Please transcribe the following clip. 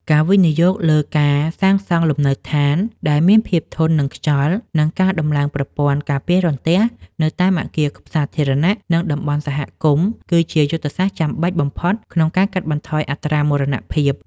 ការវិនិយោគលើការសាងសង់លំនៅដ្ឋានដែលមានភាពធន់នឹងខ្យល់ និងការដំឡើងប្រព័ន្ធការពាររន្ទះនៅតាមអគារសាធារណៈ និងតំបន់សហគមន៍ គឺជាយុទ្ធសាស្ត្រចាំបាច់បំផុតក្នុងការកាត់បន្ថយអត្រាមរណភាព។